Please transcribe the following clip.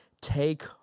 take